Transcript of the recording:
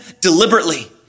deliberately